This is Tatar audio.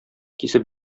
кисеп